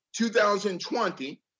2020